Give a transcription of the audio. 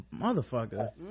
motherfucker